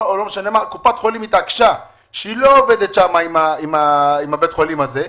קופת חולים התעקשה שהיא לא עובדת עם בית החולים הזה,